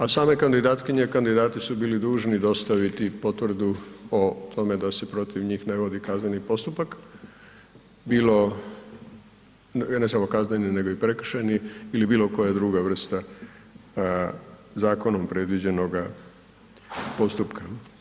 A same kandidatkinje i kandidati su bili dužni dostaviti potvrdu o tome da se protiv njih ne vodi kazneni postupak, ne samo kazneni nego i prekršajni ili bilo koja druga vrsta zakonom predviđenog postupka.